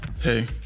Hey